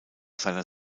seiner